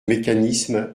mécanisme